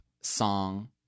song